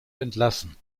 entlassen